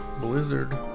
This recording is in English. Blizzard